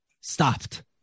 Stopped